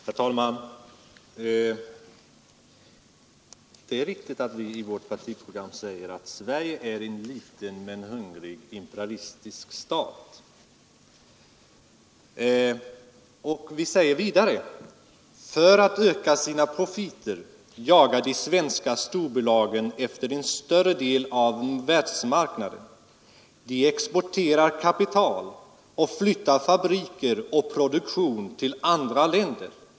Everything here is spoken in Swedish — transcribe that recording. Herr talman! Det är riktigt att vi i vårt partiprogram säger att Sverige är en liten men hungrig imperialistisk stat. Vi säger vidare: ”För att öka sina profiter jagar de svenska storbolagen efter en större del av världsmarknaden. De exporterar kapital och flyttar fabriker och produktion till andra länder.